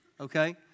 okay